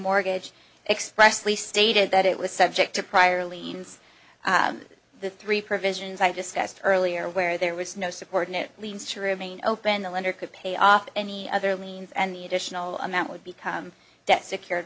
mortgage expressly stated that it was subject to prior liens the three provisions i discussed earlier where there was no support in it leans to remain open the lender could pay off any other liens and the additional amount would become debt secured